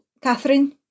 Catherine